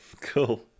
cool